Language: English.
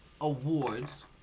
awards